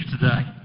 today